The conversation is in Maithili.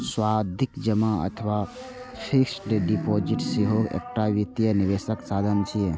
सावधि जमा अथवा फिक्स्ड डिपोजिट सेहो एकटा वित्तीय निवेशक साधन छियै